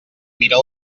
mira